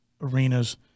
arenas